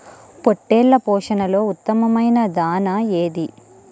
పొట్టెళ్ల పోషణలో ఉత్తమమైన దాణా ఏది?